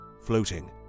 floating